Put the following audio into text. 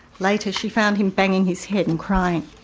later she found him banging his head and crying.